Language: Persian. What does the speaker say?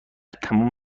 تمام